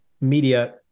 media